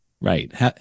Right